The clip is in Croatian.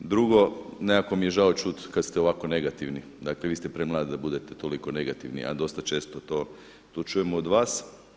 Drugo, nekako mi je žao čuti kada ste ovako negativni, dakle vi ste premladi da budete toliko negativni a dosta često to čujemo od vas.